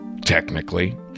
technically